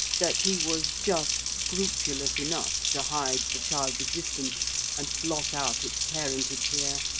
that he was just scrupulous enough to hide the child's existence and blot out its parentage here,